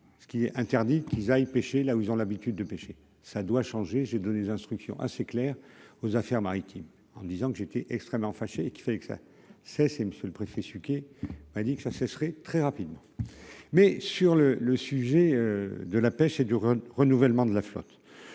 ce qui est interdit, qu'ils aillent pêcher là où ils ont l'habitude de pêcher ça doit changer, j'ai donné instruction assez clair aux affaires maritimes en me disant que j'étais extrêmement fâché qu'il fallait que ça cesse et monsieur le préfet, ce qu'elle a dit que ça se serait très rapidement, mais sur le le sujet de la pêche et du rôle renouvellement de la flotte,